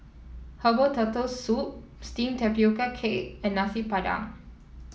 Herbal Turtle Soup steamed Tapioca Cake and Nasi Padang